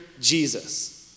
Jesus